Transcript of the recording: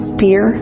fear